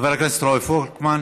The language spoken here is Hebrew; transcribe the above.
חבר הכנסת רועי פולקמן.